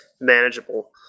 manageable